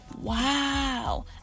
wow